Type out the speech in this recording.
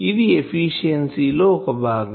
ఇది ఎఫిషియన్సీ లో ఒక భాగం